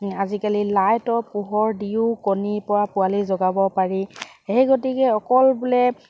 আজিকালি লাইটৰ পোহৰ দিও কণীৰ পৰা পোৱালি যোগাব পাৰি সেই গতিকে অকল বোলে